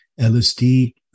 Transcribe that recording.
LSD